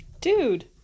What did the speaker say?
Dude